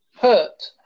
Hurt